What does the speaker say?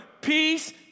peace